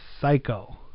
Psycho